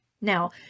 Now